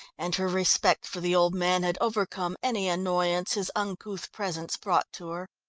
and her respect for the old man had overcome any annoyance his uncouth presence brought to her.